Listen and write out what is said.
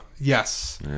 Yes